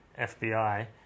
FBI